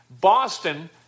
Boston